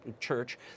church